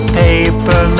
paper